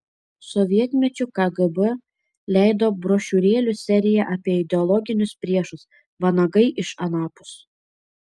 sovietmečiu kgb leido brošiūrėlių seriją apie ideologinius priešus vanagai iš anapus